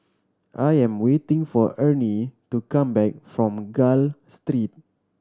I am waiting for Ernie to come back from Gul Street